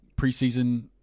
preseason